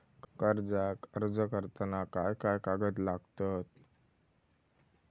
कर्जाक अर्ज करताना काय काय कागद लागतत?